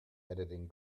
editing